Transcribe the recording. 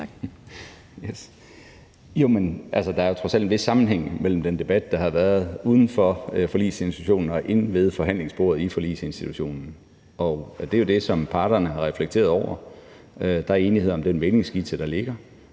Jo, men der er jo trods alt en vis sammenhæng mellem den debat, der har været uden for Forligsinstitutionen, og den, der har været inde ved forhandlingsbordet i Forligsinstitutionen. Det er jo det, som parterne har reflekteret over. Der er enighed om den mæglingsskitse, der ligger.